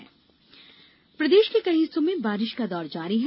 मौसम प्रदेश के कई हिस्सों में बारिश का दौर जारी है